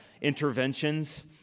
interventions